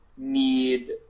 need